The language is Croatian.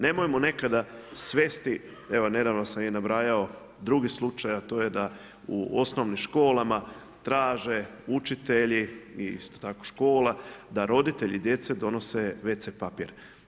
Nemojmo nekada svesti, evo nedavno sam i nabrajao drugi slučaj, a to je da u osnovnim školama traže učitelji i isto tako škola da roditelje djece donose wc papir.